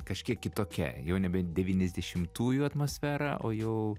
kažkiek kitokia jau nebe devyniasdešimtųjų atmosfera o jau